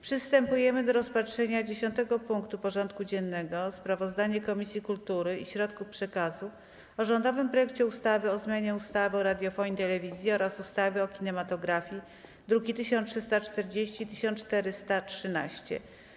Przystępujemy do rozpatrzenia punktu 10. porządku dziennego: Sprawozdanie Komisji Kultury i Środków Przekazu o rządowym projekcie ustawy o zmianie ustawy o radiofonii i telewizji oraz ustawy o kinematografii (druki nr 1340 i 1413)